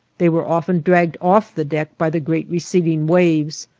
they were often dragged off the deck by the great receding waves,